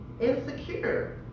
insecure